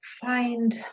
find